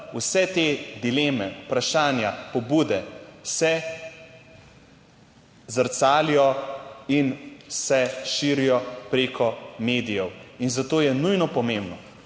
vse te dileme, vprašanja, pobude se zrcalijo in se širijo prek medijev. Zato je nujno pomembno